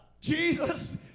Jesus